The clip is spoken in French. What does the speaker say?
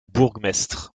bourgmestre